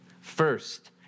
first